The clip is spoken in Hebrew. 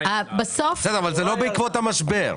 אבל זה לא בעקבות המשבר.